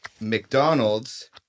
McDonald's